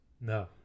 No